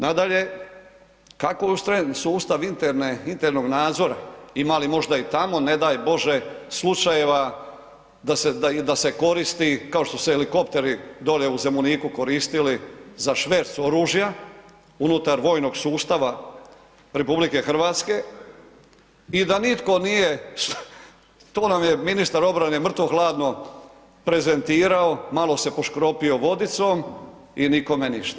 Nadalje, kako je ustrojen sustav internog nadzora, ima li možda i tamo ne daj bože slučajeva da se koristi kao što su se helikopteri dolje u Zemuniku koristili za šverc oružja unutar vojnog sustava RH i da nitko nije, to nam je ministar obrane mrtvo hladno prezentirao, malo se poškropio vodicom i nikome ništa.